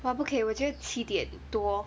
!wah! 不可以我觉得七点多